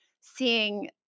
seeing